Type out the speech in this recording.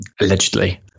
allegedly